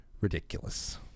ridiculous